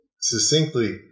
succinctly